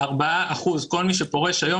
כל מי שפורש היום,